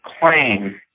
claim